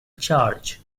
charge